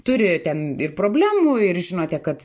turi ten ir problemų ir žinote kad